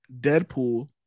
Deadpool